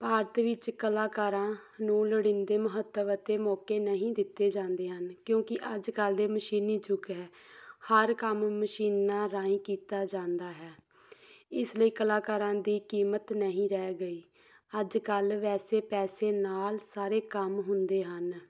ਭਾਰਤ ਵਿੱਚ ਕਲਾਕਾਰਾਂ ਨੂੰ ਲੋੜੀਂਦੇ ਮਹੱਤਵ ਅਤੇ ਮੌਕੇ ਨਹੀਂ ਦਿੱਤੇ ਜਾਂਦੇ ਹਨ ਕਿਉਂਕਿ ਅੱਜ ਕੱਲ੍ਹ ਦੇ ਮਸ਼ੀਨੀ ਯੁੱਗ ਹੈ ਹਰ ਕੰਮ ਮਸ਼ੀਨਾਂ ਰਾਹੀਂ ਕੀਤਾ ਜਾਂਦਾ ਹੈ ਇਸ ਲਈ ਕਲਾਕਾਰਾਂ ਦੀ ਕੀਮਤ ਨਹੀਂ ਰਹਿ ਗਈ ਅੱਜ ਕੱਲ੍ਹ ਵੈਸੇ ਪੈਸੇ ਨਾਲ ਸਾਰੇ ਕੰਮ ਹੁੰਦੇ ਹਨ